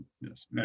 Yes